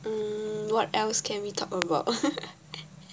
um what else can we talk about